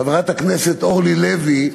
לחברת הכנסת אורלי לוי,